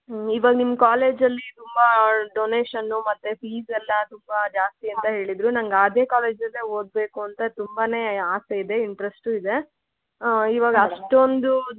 ಹ್ಞೂ ಇವಾಗ ನಿಮ್ಮ ಕಾಲೇಜ್ ಅಲ್ಲಿ ತುಂಬಾ ಡೊನೇಷನ್ನು ಮತ್ತು ಫೀಝ್ ಎಲ್ಲ ತುಂಬಾ ಜಾಸ್ತಿ ಅಂತ ಹೇಳಿದರು ನಂಗೆ ಅದೇ ಕಾಲೇಜ್ ಅಲ್ಲೆ ಓದಬೇಕು ಅಂತ ತುಂಬನೇ ಆಸೆ ಇದೆ ಇಂಟ್ರಸ್ಟು ಇದೆ ಇವಾಗ ಅಷ್ಟೊಂದು